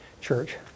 church